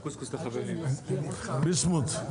ביסמוט.